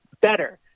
better